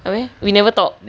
habis we never talk